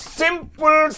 simple